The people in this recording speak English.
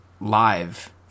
live